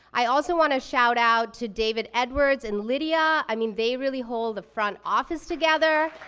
i also want to shout out to david edwards and lydia. i mean they really hold the front office together.